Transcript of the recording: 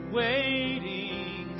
waiting